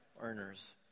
earners